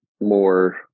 more